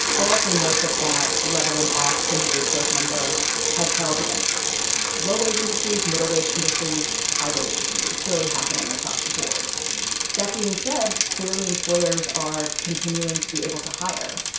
i'll also note that that leveling off in wage growth number has held against low-wage industries, middle-wage industries, high-wage industries. it's really happening across the board that being said, clearly employers are continuing to be able to hire.